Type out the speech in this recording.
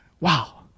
Wow